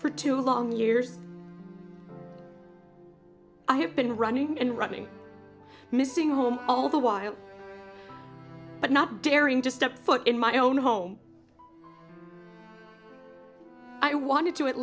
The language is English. for two long years i have been running and running missing home all the while but not daring to step foot in my own home i wanted to at